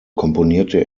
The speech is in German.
komponierte